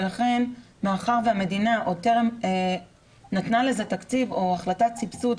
ולכן מאחר שהמדינה טרם נתנה לזה תקציב או החלטת סבסוד,